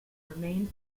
remain